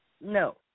No